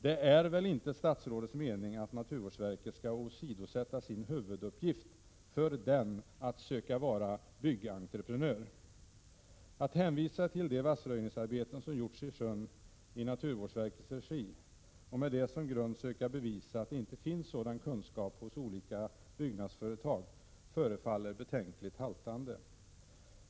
Det är väl inte statsrådets mening att naturvårdsverket skall åsidosätta sin huvuduppgift för att söka vara byggentreprenör? Att hänvisa till de vassröjningsarbeten som gjorts i sjön i naturvårdsverkets regi och med det som grund söka bevisa att det inte finns sådan kunskap hos olika byggnadsföretag förefaller betänkligt haltande.